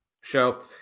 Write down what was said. show